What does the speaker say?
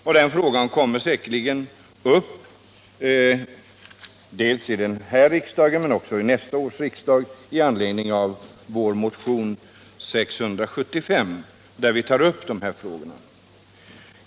Och problemet kommer säkerligen upp under våren med anledning av vår motion 675, där vi tar upp de här frågorna.